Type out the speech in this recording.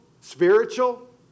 spiritual